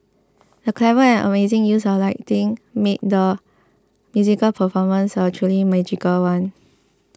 the clever and amazing use of lighting made the musical performance a truly magical one